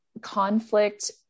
conflict